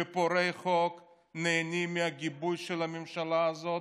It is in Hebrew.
ופורעי חוק נהנים מהגיבוי של הממשלה הזאת,